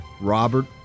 Robert